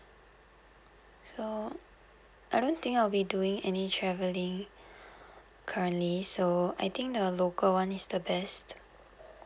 so I don't think I'll be doing any travelling currently so I think the local [one] is the best